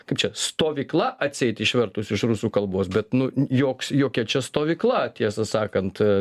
kaip čia stovykla atseit išvertus iš rusų kalbos bet nu joks jokia čia stovykla tiesą sakant